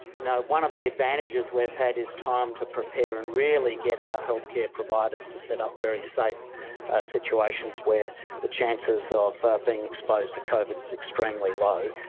you know one of the advantages we've had is time to prepare and really get our healthcare providers to set up very safe situations where the chances of being exposed to covid is extremely low,